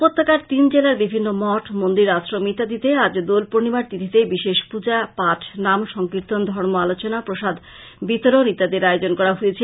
উপত্যকার তিন জেলার বিভিন্ন মঠ মন্দির আশ্রম ইত্যাদিতে আজ দোল পূর্ণিমার তিথিতে বিশেষ পূজা পাঠ নাম সংকীর্তন ধর্ম আলোচনা প্রসাদ বিতরণ ইত্যাদির আয়োজন করা হয়েছে